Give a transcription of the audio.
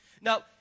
Now